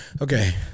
Okay